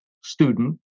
student